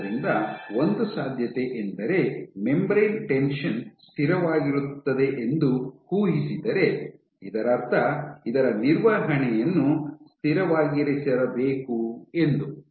ಆದ್ದರಿಂದ ಒಂದು ಸಾಧ್ಯತೆಯೆಂದರೆ ಮೆಂಬರೇನ್ ಟೆನ್ಷನ್ ಸ್ಥಿರವಾಗಿರುತ್ತದೆ ಎಂದು ಊಹಿಸಿದರೆ ಇದರರ್ಥ ಇದರ ನಿರ್ವಹಣೆಯನ್ನು ಸ್ಥಿರವಾಗಿಸಿರಬೇಕು ಎಂದು